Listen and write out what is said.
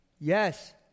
Yes